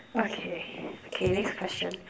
okay okay next question